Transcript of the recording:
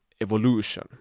evolution